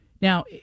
Now